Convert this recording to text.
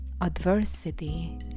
adversity